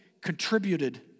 contributed